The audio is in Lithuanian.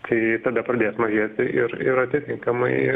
tai tada pradėtų mažėt ir ir atitinkamai